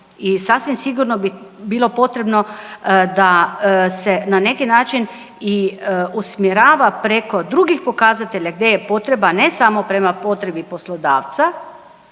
i sasvim sigurno bi bilo potrebno da se na neki način i usmjerava preko drugih pokazatelja gdje je potreba ne samo prema potrebi poslodavca